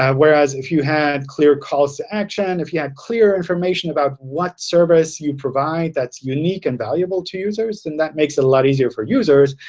whereas if you have clear calls to action, if you have clear information about what service you provide that's unique and valuable to users, then that makes it a lot easier for users.